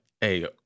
hey